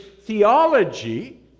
theology